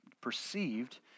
perceived